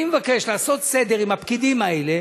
אני מבקש לעשות סדר עם הפקידים האלה,